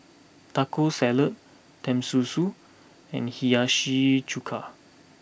Taco Salad Tenmusu and Hiyashi Chuka